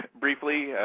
briefly